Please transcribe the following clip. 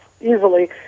easily